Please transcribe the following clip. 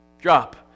Drop